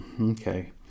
okay